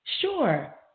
Sure